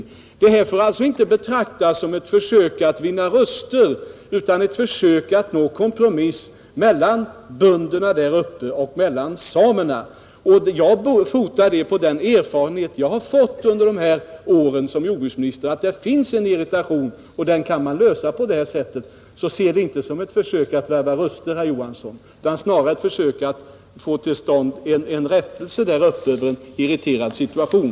Förslaget får alltså inte betraktas som ett försök att vinna röster utan som ett försök att nå en kompromiss mellan bönderna där uppe och samerna. Jag fotar min uppfattning på den erfarenhet jag har fått under de här åren som jordbruksminister, en erfarenhet som visar att det finns en irritation och att man kan komma ifrån detta genom att lösa frågan på det här sättet. Men det skall som sagt inte betraktas som ett försök att värva röster, herr Johansson i Holmgården, utan snarare som ett försök att komma ifrån en irriterad situation.